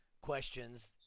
questions